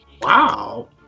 Wow